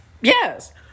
yes